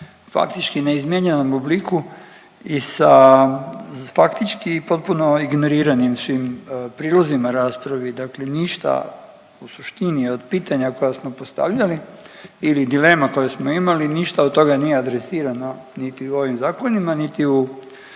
faktički u neizmijenjenom obliku i sa faktički potpuno ignorirajućim prilozima raspravi, dakle ništa u suštini od pitanja koja smo postavljali ili dilema koje smo imali, ništa od toga nije adresirano niti u ovim zakonima, niti u